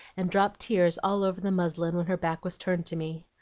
and dropped tears all over the muslin when her back was turned to me.